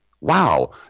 wow